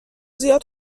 زیاد